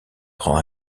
prend